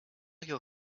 your